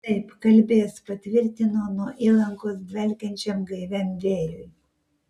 taip kalbės patvirtino nuo įlankos dvelkiančiam gaiviam vėjui